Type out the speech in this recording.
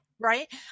Right